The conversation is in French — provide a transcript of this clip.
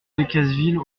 decazeville